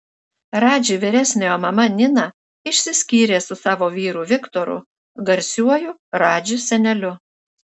radži vyresniojo mama nina išsiskyrė su savo vyru viktoru garsiuoju radži seneliu